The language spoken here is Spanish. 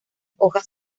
hojas